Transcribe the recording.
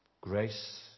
Grace